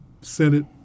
Senate